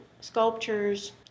sculptures